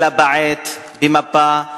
אלא בעט עם מפה,